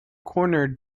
corner